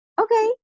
Okay